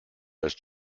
ist